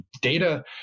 data